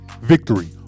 victory